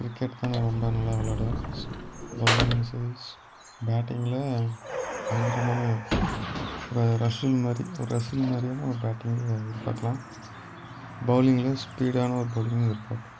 cricket தான் நான் ரொம்ப நல்லா விளாடுவேன் ஸ் பௌலிங்ஸ் ஸ் சரி பேட்டிங்கில் பயங்கரமான ஒரு ரஷில் மாதிரி ஒரு ரஷில் மாதிரியான ஒரு பேட்டிங்கை பார்க்கலாம் பௌலிங்கில் ஸ்பீடான ஒரு பௌலிங்கு எதிர்பார்ப்பேன்